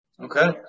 Okay